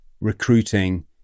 recruiting